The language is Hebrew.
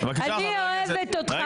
אני אוהבת אותך,